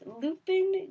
Lupin